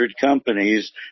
companies